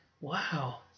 Wow